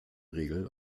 regel